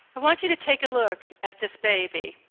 ah want you to take a look at this baby.